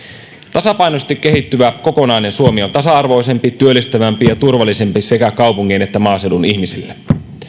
tasapainoisesti kehittyvä kokonainen suomi on tasa arvoisempi työllistävämpi ja turvallisempi sekä kaupunkien että maaseudun ihmisille